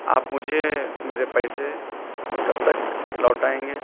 آپ مجھے میرے پیسے کب تک لوٹائیں گے